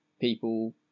people